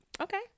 Okay